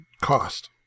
cost